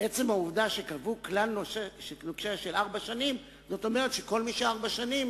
עצם העובדה שקבעו כלל נוקשה של ארבע שנים אומר שכל מי שהוא ארבע שנים,